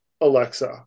Alexa